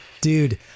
Dude